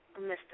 Mr